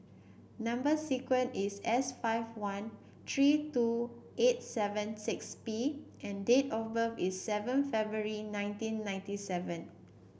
number sequence is S five one three two eight seven six P and date of birth is seven February nineteen ninety seven